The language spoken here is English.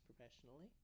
professionally